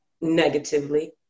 negatively